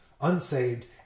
unsaved